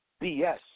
BS